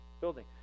building